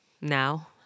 Now